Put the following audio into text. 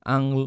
Ang